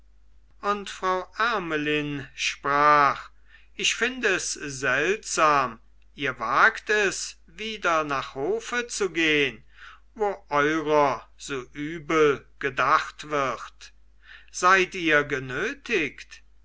und frau ermelyn sprach ich find es seltsam ihr wagt es wieder nach hofe zu gehn wo eurer so übel gedacht wird seid ihr genötigt